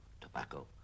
tobacco